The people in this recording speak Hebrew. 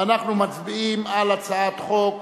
ואנחנו מצביעים על הצעת חוק